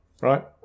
right